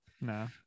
No